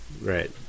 Right